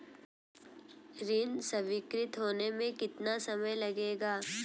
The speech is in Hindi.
ऋण स्वीकृत होने में कितना समय लगेगा?